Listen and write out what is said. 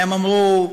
והם אמרו: